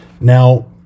Now